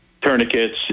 tourniquets